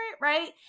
Right